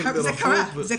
כן, זה קרה.